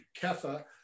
Kefa